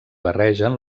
barregen